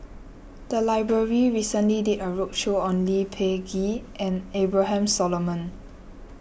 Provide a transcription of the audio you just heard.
the library recently did a roadshow on Lee Peh Gee and Abraham Solomon